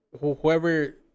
whoever